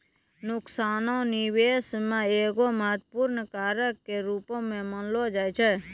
नुकसानो निबेश मे एगो महत्वपूर्ण कारक के रूपो मानलो जाय छै